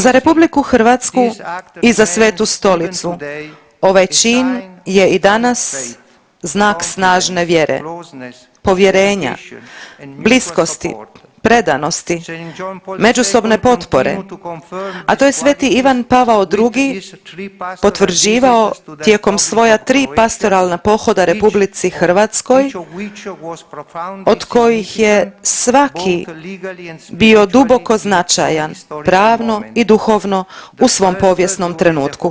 Za RH i za Svetu Stolicu ovaj čin je i danas znak snažne vjere, povjerenja, bliskosti, predanosti, međusobne potpore, a to je Sveti Ivan Pavao II. potvrđivao tijekom svoja tri pastoralna pohoda RH od kojih je svaki bio duboko značajan pravno i duhovno u svom povijesnom trenutku.